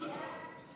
סעיפים 1